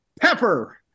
pepper